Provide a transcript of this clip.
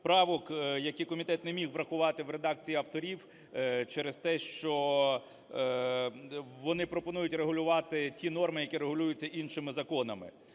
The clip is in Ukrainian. правок, які комітет не міг врахувати в редакції авторів через те, що вони пропонують регулювати ті норми, які регулюються іншими законами.